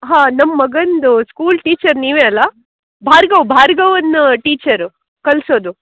ಹಾಂ ನಮ್ಮ ಮಗಂದು ಸ್ಕೂಲ್ ಟೀಚರ್ ನೀವೆ ಅಲ್ಲ ಭಾರ್ಗವ್ ಭಾರ್ಗವನ್ನಾ ಟೀಚರ್ ಕಲಿಸೋದು